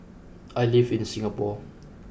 I live in Singapore